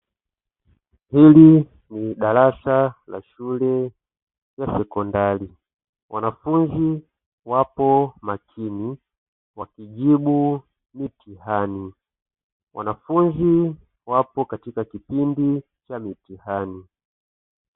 Hili ni darasa la shule ya sekondari wanafunzi wapo makini wakijibu mitihani, wanafunzi wapo katika kipindi cha mitihani.